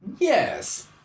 yes